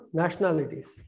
nationalities